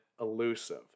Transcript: elusive